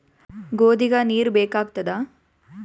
ಗೋಧಿಗ ನೀರ್ ಬೇಕಾಗತದ?